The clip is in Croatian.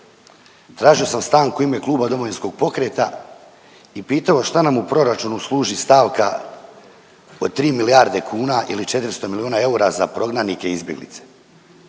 tražio sam stanku u ime Kluba Domovinskog pokreta i pitao šta nam u proračunu služi stavka od tri milijarde kuna ili 400 milijuna eura za prognanike i izbjeglice.